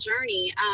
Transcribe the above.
journey